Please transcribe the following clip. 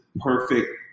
perfect